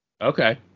Okay